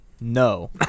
no